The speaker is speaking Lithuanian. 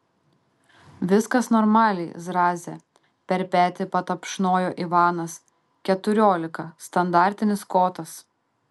viskas normaliai zraze per petį patapšnojo ivanas keturiolika standartinis kotas